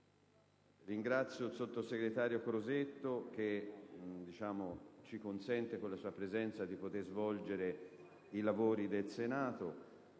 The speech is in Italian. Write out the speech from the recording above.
Ringrazio il sottosegretario Crosetto, che ci consente con la sua presenza di poter svolgere i nostri lavori